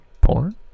porn